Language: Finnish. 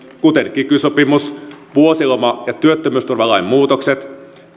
kuten kiky sopimus vuosiloma ja työttömyysturvalain muutokset